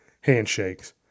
Handshakes